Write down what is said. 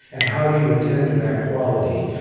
and how do you attend to that quality?